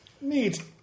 Neat